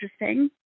interesting